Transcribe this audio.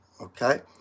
okay